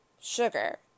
sugar